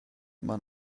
man